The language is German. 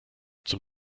zum